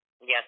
Yes